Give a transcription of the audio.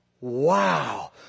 wow